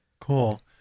Cool